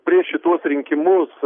prieš šituos rinkimus